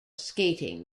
skating